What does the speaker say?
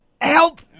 Help